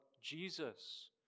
Jesus